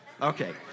Okay